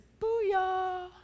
booyah